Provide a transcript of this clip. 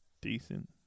decent